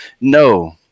no